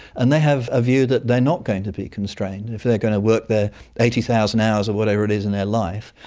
and they have a view that they are not going to be constrained. and if they're going to work their eighty thousand hours or whatever it is in their life,